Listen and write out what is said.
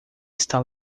está